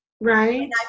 right